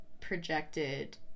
projected